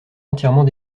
entièrement